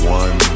one